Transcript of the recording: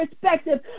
perspective